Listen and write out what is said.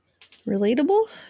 Relatable